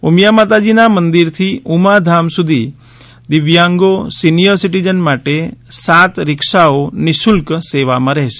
ઉમિયા માતાજીના મંદિરથી ઉમાધામ સુધી દિવ્યાંગો સિનિયર સિટીઝન માટે સાત રીક્ષાઓ નિઃશુલ્ક લોકોને સેવામાં રહેશે